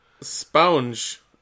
Sponge